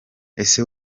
ese